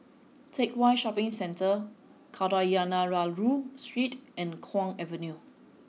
Teck Whye Shopping Centre Kadayanallur Street and Kwong Avenue